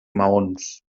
maons